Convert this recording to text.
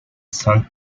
saint